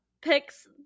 picks